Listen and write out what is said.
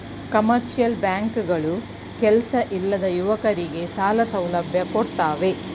commercial bank ಗಳು ಕೆಲ್ಸ ಇಲ್ಲದ ಯುವಕರಗೆ ಸಾಲ ಸೌಲಭ್ಯ ಕೊಡ್ತಾರೆ